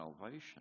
salvation